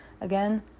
again